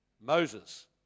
Moses